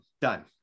done